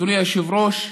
אדוני היושב-ראש,